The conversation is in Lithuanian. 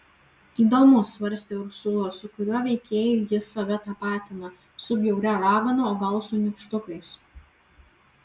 įdomu svarstė ursula su kuriuo veikėju jis save tapatina su bjauria ragana o gal su nykštukais